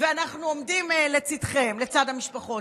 להבנת חשיבות האחדות,